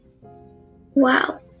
wow